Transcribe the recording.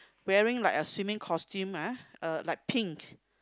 wearing like a swimming costume ah uh like pink